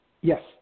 Yes